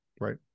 right